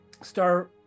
Star